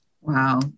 Wow